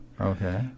Okay